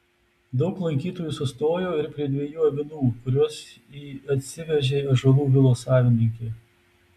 daug lankytojų sustojo ir prie dviejų avinų kuriuos į atsivežė ąžuolų vilos savininkė